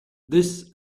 this